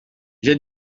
j’ai